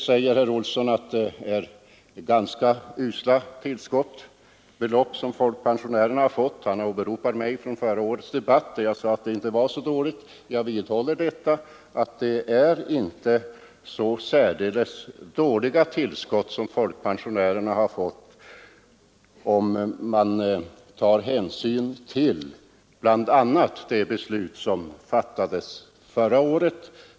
Herr Olsson säger att de tillskott som folkpensionärerna fått är ganska usla. Han åberopar att jag i förra årets debatt sade, att det inte var så dåligt. Jag vidhåller, att det inte är så särdeles dåliga tillskott som folkpensionärerna fått, om man bl.a. tar hänsyn till de beslut som fattades förra året.